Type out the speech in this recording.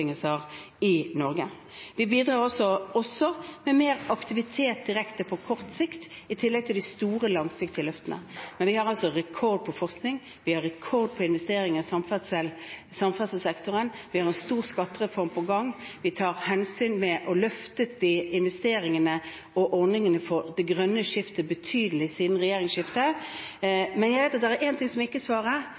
i Norge. Vi bidrar også med mer aktivitet direkte på kort sikt, i tillegg til de store, langsiktige løftene. Men vi har altså rekord når det gjelder forskning, vi har rekord når det gjelder investeringer i samferdselssektoren, og vi har en stor skattereform på gang. Vi tar hensyn ved å løfte investeringene i og ordningene for det grønne skiftet betydelig siden regjeringsskiftet. Men jeg vet at det er én ting som ikke